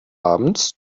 abends